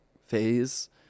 phase